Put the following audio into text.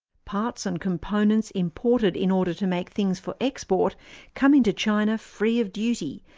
parts and components imported in order to make things for export come into china free of duty,